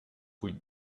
wind